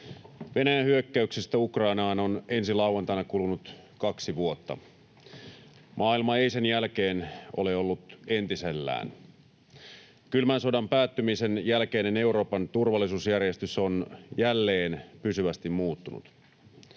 Venäjän hyökkäyksestä Ukrainaan on ensi lauantaina kulunut kaksi vuotta. Maailma ei sen jälkeen ole ollut entisellään. Kylmän sodan päättymisen jälkeinen Euroopan turvallisuusjärjestys on jälleen pysyvästi muuttunut.